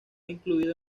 incluido